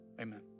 Amen